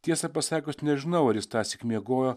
tiesą pasakius nežinau ar jis tąsyk miegojo